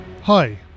Hi